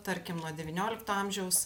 tarkim nuo devyniolikto amžiaus